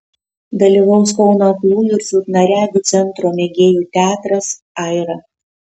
dalyvaus kauno aklųjų ir silpnaregių centro mėgėjų teatras aira